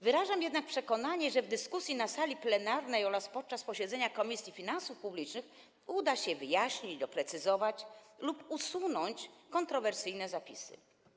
Wyrażam jednak przekonanie, że w dyskusji na sali plenarnej oraz podczas posiedzenia Komisji Finansów Publicznych uda się wyjaśnić, doprecyzować lub usunąć kontrowersyjne zapisy.